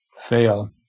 fail